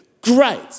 great